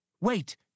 Wait